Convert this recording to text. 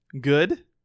good